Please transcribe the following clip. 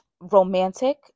romantic